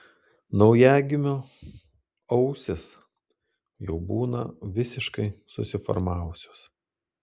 naujagimio ausys jau būna visiškai susiformavusios